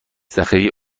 ذخیره